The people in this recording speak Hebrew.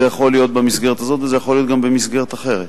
זה יכול להיות במסגרת הזאת וזה יכול להיות גם במסגרת אחרת.